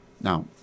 Now